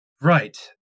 Right